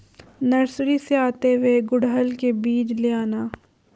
nursery से आते हुए गुड़हल के बीज ले आना